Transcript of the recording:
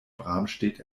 bramstedt